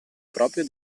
proprio